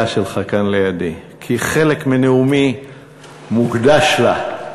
שלך כאן לידי כי חלק מנאומי מוקדש לה.